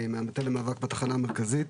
אני ממטה המאבק בתחנה המרכזית,